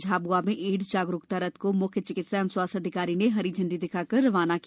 झाबुआ मे एड्स जागरूकता रथ को मुख्य चिकित्सा एवं स्वास्थ्य अधिकारी ने हरी झंडी दिखाकर रवाना किया